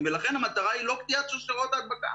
ולכן המטרה היא לא קטיעת שרשראות ההדבקה.